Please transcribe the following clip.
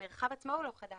המרחב עצמו הוא לא חדש,